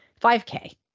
5K